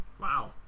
Wow